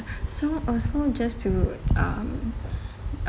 so also just to um